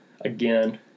again